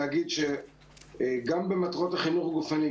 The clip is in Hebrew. גם במטרות החינוך הגופני,